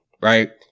right